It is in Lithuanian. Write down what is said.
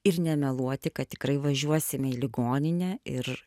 ir nemeluoti kad tikrai važiuosime į ligoninę ir